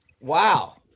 Wow